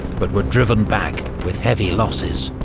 but were driven back with heavy losses.